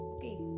Okay